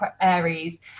Aries